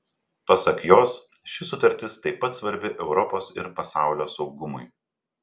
pasak jos ši sutartis taip pat svarbi europos ir pasaulio saugumui